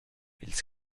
ils